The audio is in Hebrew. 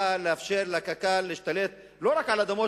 באה לאפשר לקק"ל להשתלט לא רק על אדמות